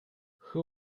who